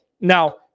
Now